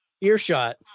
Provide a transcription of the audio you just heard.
earshot